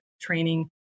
training